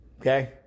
Okay